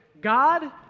God